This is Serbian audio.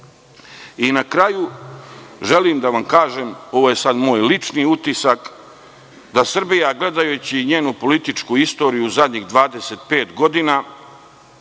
kraju želim da vam kažem, ovo je sada moj lični utisak, da Srbija, gledajući njenu političku istoriju u zadnjih 25 godina,